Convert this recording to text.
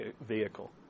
vehicle